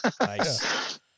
Nice